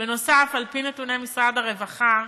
בנוסף, על-פי נתוני משרד הרווחה,